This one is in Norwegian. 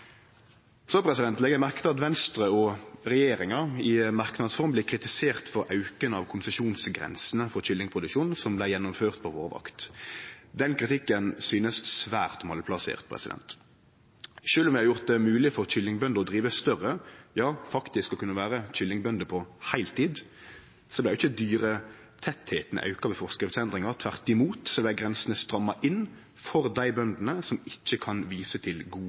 Så legg eg merke til at Venstre og regjeringa i merknads form blir kritiserte for auken i konsesjonsgrensene for kyllingproduksjon som vart gjennomført på vår vakt. Den kritikken synest svært malplassert. Sjølv om vi har gjort det mogleg for kyllingbønder å drive større, ja faktisk å kunne vere kyllingbønder på heiltid, blir ikkje dyretettleiken auka ved forskriftsendringa. Tvert imot vart grensene stramma inn for dei bøndene som ikkje kan vise til god